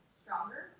stronger